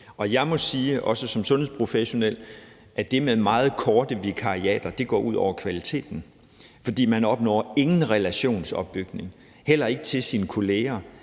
Og jeg må sige, også som sundhedsprofessionel, at det med meget korte vikariater går ud over kvaliteten, for man opnår ingen relationsopbygning, hverken til sine kolleger